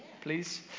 please